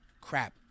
crap